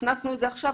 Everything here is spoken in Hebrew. הכנסנו את זה עכשיו,